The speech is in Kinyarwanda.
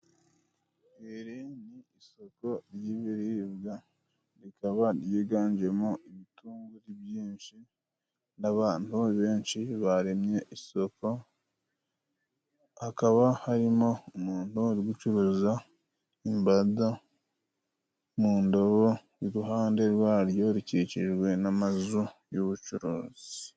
Irini isoko ry'ibiribwa, rikaba ryiganjemo ibitunguru byinshi n' abantu benshi baremye isoko, hakaba harimo umuntu uri gucuruza imbada mu ndobo, iruhande rwaryo rukikijwe n'amazu y'ubucuruzi.